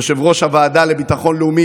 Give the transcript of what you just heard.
יושב-ראש הוועדה לביטחון לאומי,